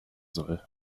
soll